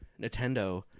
Nintendo